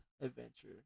adventure